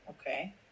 okay